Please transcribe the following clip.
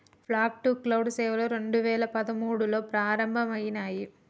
fog to cloud సేవలు రెండు వేల పదమూడులో ప్రారంభమయినాయి